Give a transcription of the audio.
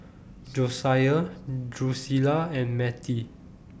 Josiah Drusilla and Matie